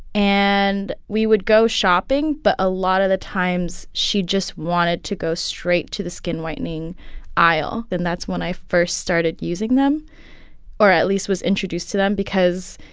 and we would go shopping, but a lot of the times, she just wanted to go straight to the skin-whitening aisle. and that's when i first started using them or at least was introduced to them because,